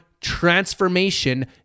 transformation